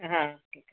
हा ठीकु आहे